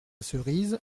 cerises